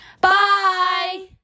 Bye